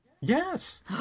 Yes